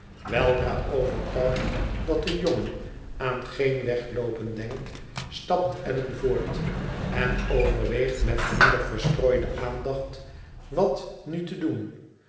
weldra overtuigd dat de jongen aan geen wegloopen denkt stapt allan voort en overweegt met minder verstrooide aandacht wat nu te doen